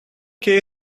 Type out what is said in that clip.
key